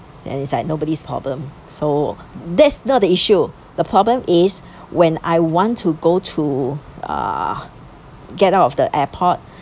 and it's like nobody's problem so that's not the issue the problem was when I want to go to uh get out of the airport